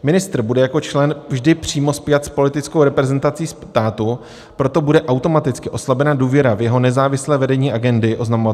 Ministr bude jako člen vždy přímo spjat s politickou reprezentací státu, proto bude automaticky oslabena důvěra v jeho nezávislé vedení agendy oznamovatelů.